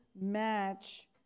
match